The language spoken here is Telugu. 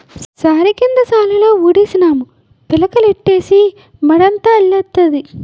సారికంద సాలులో ఉడిసినాము పిలకలెట్టీసి మడంతా అల్లెత్తాది